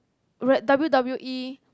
wre~ W_W_E